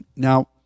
Now